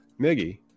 Miggy